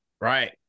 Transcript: Right